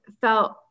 felt